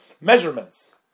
measurements